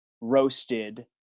roasted